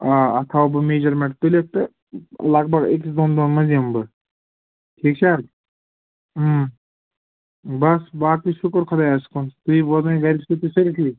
آ اَتھ تھاوَو بہٕ میجَرمٮ۪نٛٹ تُلِتھ تہٕ لگ بگ أکِس دۄن دۄہن منٛز یِمہٕ بہٕ ٹھیٖک چھا بَس باقٕے شُکر خۄدایَس کُن تُہۍ بوزنٲوِو گرِ چھِوا تُہۍ سٲری ٹھیٖک